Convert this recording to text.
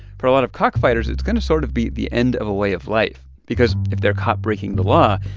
for a lot of cockfighters, it's going to sort of be the end of a way of life because if they're caught breaking the law,